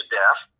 death